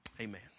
Amen